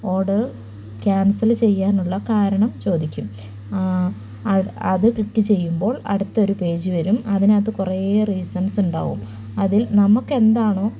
order cancel ചെയ്യാനുള്ള കാരണം ചോദിക്കും അത് ക്ലിക്ക് ചെയ്യുമ്പോൾ അടുത്തൊരു പേജ് വരും അതിനകത്ത് കുറേ റീസൺസ് ഉണ്ടാകും അതിൽ നമുക്ക് എന്താണോ